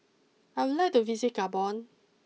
I would like to visit Gabon